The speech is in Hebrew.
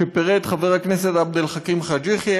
שפירט חבר הכנסת עבד אל חכים חאג' יחיא,